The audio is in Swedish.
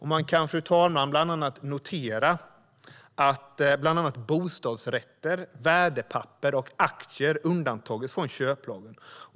Man kan, fru talman, notera att bland annat bostadsrätter, värdepapper och aktier undantagits från köplagen.